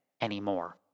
anymore